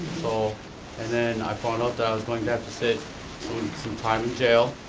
so and then i found out that i was going to have to sit some time in jail.